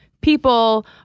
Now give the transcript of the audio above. people